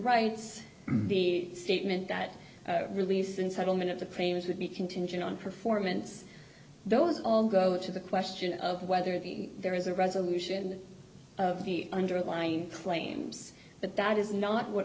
rights the statement that release in settlement of the claims would be contingent on performance those all go to the question of whether there is a resolution of the underlying claims but that is not what